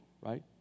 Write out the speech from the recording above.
right